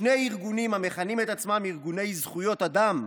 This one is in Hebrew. שני ארגונים המכנים את עצמם ארגוני זכויות אדם,